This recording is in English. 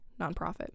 nonprofit